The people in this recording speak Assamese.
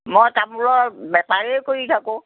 মই তামোলৰ বেপাৰেই কৰি থাকোঁ